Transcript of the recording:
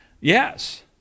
yes